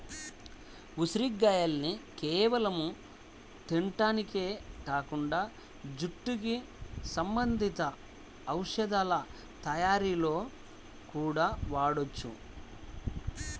ఉసిరిగాయల్ని కేవలం తింటానికే కాకుండా జుట్టుకి సంబంధించిన ఔషధాల తయ్యారీలో గూడా వాడొచ్చు